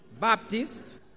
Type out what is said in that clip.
Baptist